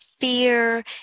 fear